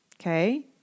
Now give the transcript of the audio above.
okay